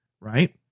right